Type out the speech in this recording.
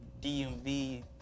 DMV